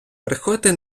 приходьте